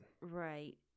right